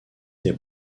des